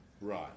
Right